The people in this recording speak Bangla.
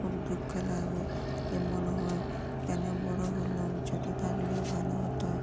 খুব দুঃখ লাগে যে মনে হয় বড়ো হলাম ছোটো থাকলেই ভালো হতো